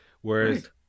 Whereas